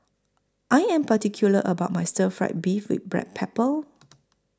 I Am particular about My Stir Fried Beef with Black Pepper